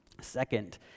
Second